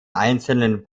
einzelnen